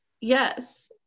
yes